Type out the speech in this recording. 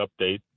update